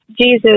Jesus